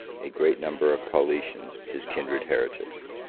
a great number of paulicians, his kindred heretics.